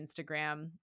Instagram